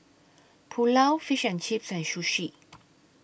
Pulao Fish and Chips and Sushi